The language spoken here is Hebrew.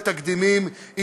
אך מכוח פסיקה ותקדימים,